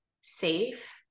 safe